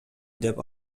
деп